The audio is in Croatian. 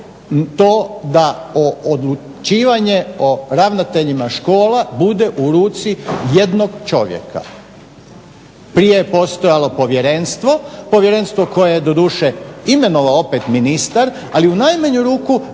to da odlučivanje o ravnateljima škola bude u ruci jednog čovjeka. Prije je postojalo povjerenstvo, povjerenstvo koje je doduše imenovao opet ministar, ali u najmanju ruku je